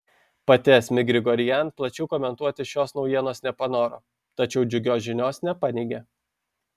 pati asmik grigorian plačiau komentuoti šios naujienos nepanoro tačiau džiugios žinios nepaneigė